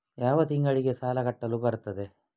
ಯಾವ ತಿಂಗಳಿಗೆ ಸಾಲ ಕಟ್ಟಲು ಬರುತ್ತದೆ?